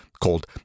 called